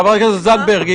חברת הכנסת זנדברג,